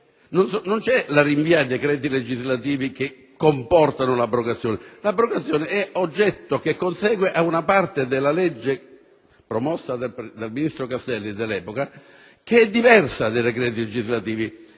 Non c'è il rinvio a decreti legislativi che comportano l'abrogazione. L'abrogazione è oggetto che consegue a una parte della legge promossa dal ministro Castelli, che è diversa dai decreti legislativi.